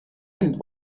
and